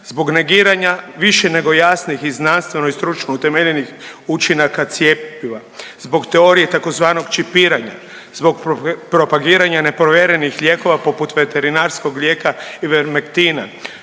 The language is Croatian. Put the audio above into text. zbog negiranja više nego jasnih i znanstveno i stručno utemeljenih učinaka cjepiva, zbog teorije tzv. čipiranja, zbog propagiranja neprovjerenih lijekova poput veterinarskog lijeka Ivermektina,